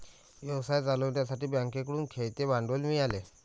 व्यवसाय चालवण्यासाठी बँकेकडून खेळते भांडवल मिळाले